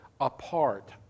apart